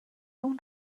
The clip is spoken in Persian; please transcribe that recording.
اون